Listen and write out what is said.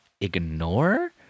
ignore